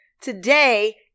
Today